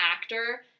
actor